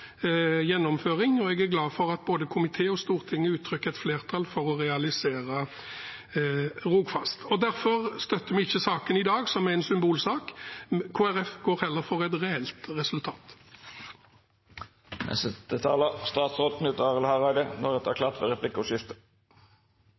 gjennomføring, og jeg er glad for at både komiteen og Stortinget uttrykker et flertall for å realisere Rogfast. Derfor støtter vi ikke saken i dag, som er en symbolsak. Kristelig Folkeparti går heller for et reelt